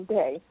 day